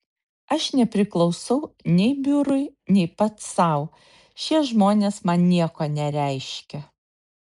aš nepriklausau nei biurui nei pats sau šie žmonės man nieko nereiškia